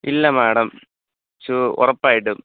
ഇല്ല മാഡം ശു ഉറപ്പായിട്ടും